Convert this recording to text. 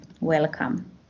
welcome